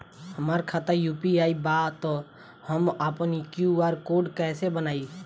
हमार खाता यू.पी.आई बा त हम आपन क्यू.आर कोड कैसे बनाई?